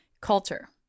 Culture